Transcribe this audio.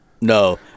No